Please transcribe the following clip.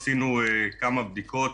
עשינו כמה בדיקות,